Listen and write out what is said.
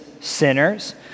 sinners